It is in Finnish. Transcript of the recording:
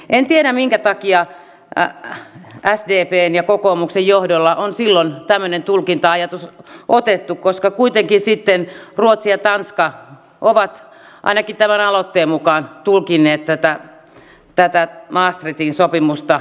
en tiedä minkä takia sdpn ja kokoomuksen johdolla on silloin tämmöinen tulkinta ajatus otettu koska kuitenkin sitten ruotsi ja tanska ovat ainakin tämän aloitteen mukaan tulkinneet tätä maastrichtin sopimusta toisin